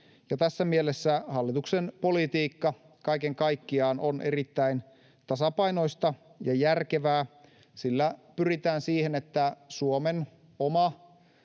tässä mielessä hallituksen politiikka kaiken kaikkiaan on erittäin tasapainoista ja järkevää. Sillä pyritään siihen, että Suomen oma